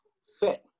set